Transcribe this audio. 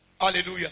Hallelujah